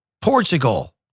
Portugal